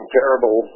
terrible